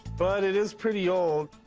but it is pretty old.